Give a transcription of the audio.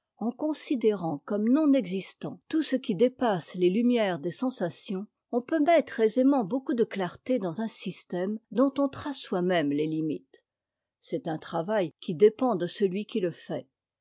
en considérant comme non existant tout ce qui dépasse les umières des sensations on peut mettre aisément beaucoup de clarté dans un système dont on trace sot même es limites c'est un travail qui dépend de celui qui le fait